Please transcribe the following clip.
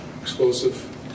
explosive